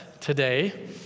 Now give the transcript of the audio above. today